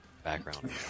background